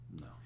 No